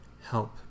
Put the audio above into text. help